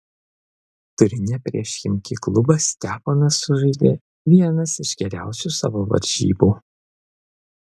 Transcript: turine prieš chimki klubą steponas sužaidė vienas iš geriausių savo varžybų